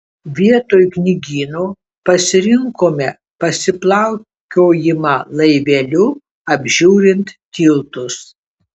vietoj knygyno pasirinkome pasiplaukiojimą laiveliu apžiūrint tiltus